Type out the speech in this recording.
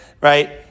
right